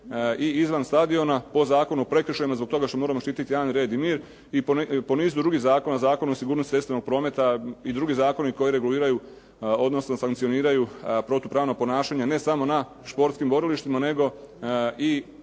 i izvan stadiona po Zakonu o prekršajima zbog toga što moramo štititi javni red i mir. I po nizu drugih zakona, Zakonu o sigurnosti cestovnog prometa i drugi zakoni koji reguliraju odnosno sankcioniraju protupravna ponašanja ne samo na športskih borilištima nego i